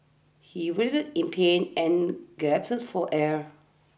he writhed in pain and gasped for air